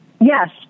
Yes